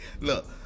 look